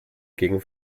gegen